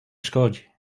szkodzi